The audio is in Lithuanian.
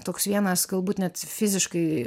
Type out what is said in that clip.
toks vienas galbūt net fiziškai